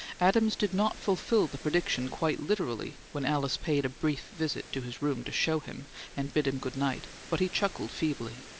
adams did not fulfil the prediction quite literally when alice paid a brief visit to his room to show him and bid him good-night but he chuckled feebly.